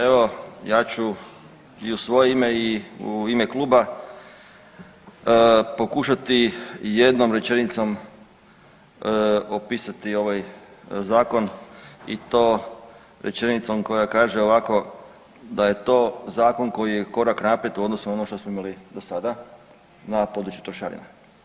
Evo ja ću i u svoje ime i u ime kluba pokušati jednom rečenicom opisati ovaj zakon i to rečenicom koja kaže ovako, da je to zakon koji je korak naprijed u odnosu što smo imali do sada na području trošarina.